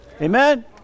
Amen